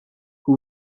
who